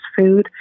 food